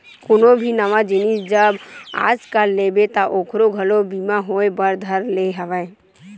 कोनो भी नवा जिनिस जब आजकल लेबे ता ओखरो घलो बीमा होय बर धर ले हवय